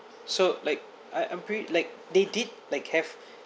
so like I agreed like they did like have